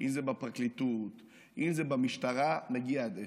אם זה בפרקליטות, אם זה במשטרה, מגיע עד אפס.